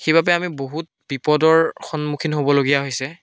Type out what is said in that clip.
সেইবাবে আমি বহুত বিপদৰ সন্মুখীন হ'বলগীয়া হৈছে